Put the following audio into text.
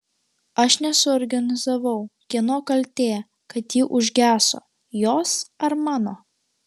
aš nesuorganizavau kieno kaltė kad ji užgeso jos ar mano